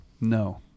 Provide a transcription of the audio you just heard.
No